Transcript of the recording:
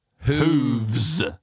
Hooves